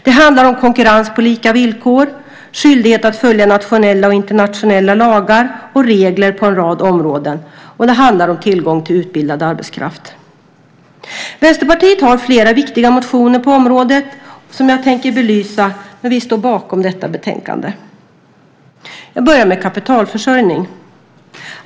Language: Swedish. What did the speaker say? Det handlar om konkurrens på lika villkor och en skyldighet att följa nationella och internationella lagar och regler på en rad områden, och det handlar om tillgång till utbildad arbetskraft. Vänsterpartiet har flera viktiga motioner på området som jag tänker belysa, men vi står bakom detta betänkande. Jag börjar med kapitalförsörjningen.